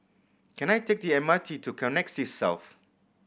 can I take the M R T to Connexis South